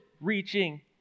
reaching